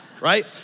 right